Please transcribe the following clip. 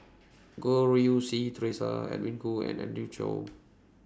Goh Rui Si Theresa Edwin Koo and Andrew Chew